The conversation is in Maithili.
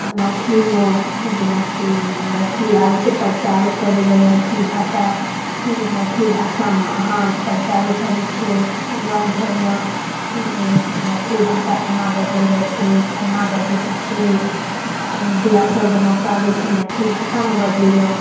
आ मैथिलीमे जेनाकि मैथिली आबै छै प्रचारो करै लए मैथिली भाषा जे मैथिली भाषामे अहाँ प्रचारो करै छै गाम घरमे जे मैथिली भाषा केना बाजल जाइ छै केना बाजैत छै मीडिया सब बनाके अबै छै मैथिली भाषामे बाजय लए